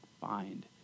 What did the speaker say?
find